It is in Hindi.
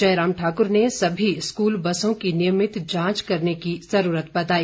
जयराम ठाकुर ने सभी स्कूल बसों की नियमित जांच करने की जरूरत बताई